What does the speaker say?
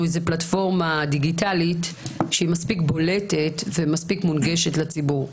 פלטפורמה דיגיטלית מספיק בולטת ומונגשת לציבור.